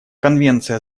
конвенция